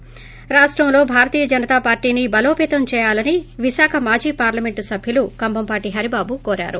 ి రాష్టంలో భారతీయ జనతా పార్టీని బలోపేతం చేయాలని విశాఖ మాజీ పార్లైమెంట్ సభ్యలు కంభంపాటి హరిబాబు కోరారు